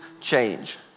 change